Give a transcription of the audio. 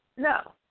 No